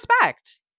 respect